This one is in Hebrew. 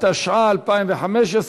התשע"ה 2015,